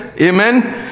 Amen